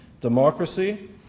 democracy